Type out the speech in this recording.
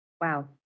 Wow